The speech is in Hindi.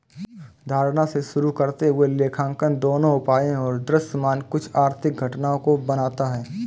धारणा से शुरू करते हुए लेखांकन दोनों उपायों और दृश्यमान कुछ आर्थिक घटनाओं को बनाता है